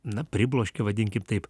na pribloškė vadinkim taip